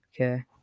okay